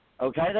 okay